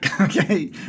Okay